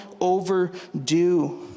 overdue